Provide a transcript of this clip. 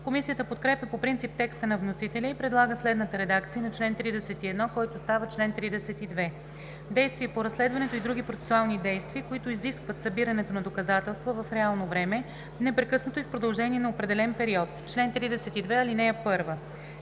Комисията подкрепя по принцип текста на вносителя и предлага следната редакция на чл. 31, който става чл. 32: „Действие по разследването и други процесуални действия, които изискват събирането на доказателства в реално време, непрекъснато и в продължение на определен период Чл. 32. (1)